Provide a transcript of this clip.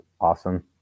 awesome